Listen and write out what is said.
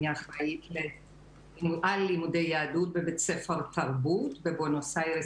אני אחראית לתנועה ללימודי יהדות בבית ספר תרבות בבואנוס איירס,